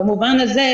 במובן הזה,